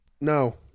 No